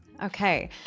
Okay